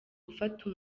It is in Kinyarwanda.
gufata